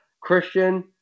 Christian